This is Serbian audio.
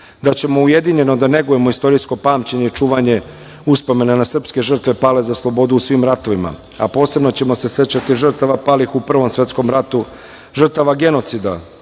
da ćemo ujedinjeno da negujemo istorijsko pamćenje i čuvanje uspomena na srpske žrtve pale za slobodu u svim ratovima, a posebno ćemo se sećati žrtava palih u Prvom svetskom ratu, žrtava genocida